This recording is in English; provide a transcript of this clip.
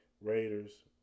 Raiders